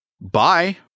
Bye